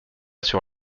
sur